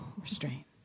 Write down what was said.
restraint